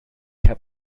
heb